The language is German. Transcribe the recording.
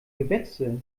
gewächse